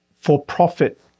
for-profit